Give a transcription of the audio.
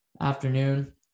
afternoon